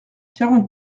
quarante